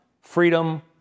freedom